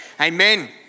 amen